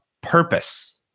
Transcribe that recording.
purpose